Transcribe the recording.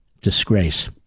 disgrace